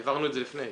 העברנו את זה לפני.